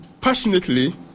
passionately